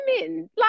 women